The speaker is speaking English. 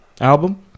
album